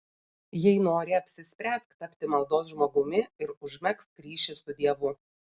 jei nori apsispręsk tapti maldos žmogumi ir užmegzk ryšį su dievu